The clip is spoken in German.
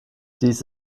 dies